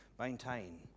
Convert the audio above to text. maintain